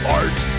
art